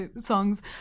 songs